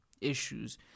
issues